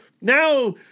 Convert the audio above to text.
now